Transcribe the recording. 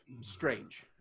strange